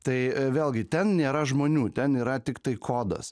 tai vėlgi ten nėra žmonių ten yra tiktai kodas